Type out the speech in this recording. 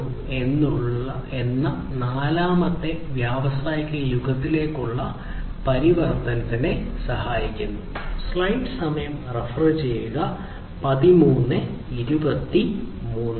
0 എന്ന നാലാമത്തെ വ്യാവസായിക യുഗത്തിലേക്കുള്ള പരിവർത്തനത്തിന് സഹായിക്കുന്നു